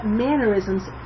mannerisms